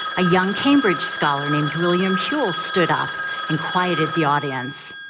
a young cambridge scholar named william whewell stood up and quieted the audience.